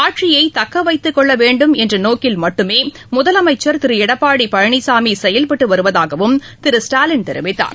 ஆட்சியை தக்கவைத்துக்கொள்ள வேண்டும் என்ற நோக்கில் மட்டுமே முதலமைச்சர் திரு எடப்பாடி பழனிசாமி செயல்பட்டு வருவதாகவும் திரு ஸ்டாலின் தெரிவித்தார்